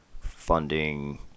funding